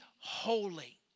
holy